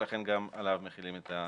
ולכן גם עליו מחילים את ההסדר.